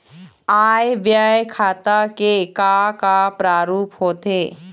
आय व्यय खाता के का का प्रारूप होथे?